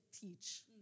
teach